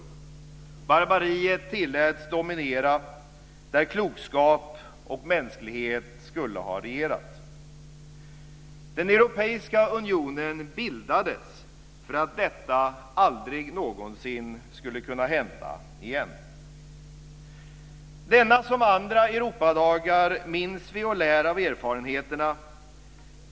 Barbariet tilläts dominera där klokskap och mänsklighet skulle ha regerat. Den europeiska unionen bildades för att detta aldrig någonsin skulle kunna hända igen. Denna dag som andra Europadagar minns vi och lär av erfarenheterna.